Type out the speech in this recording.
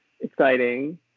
exciting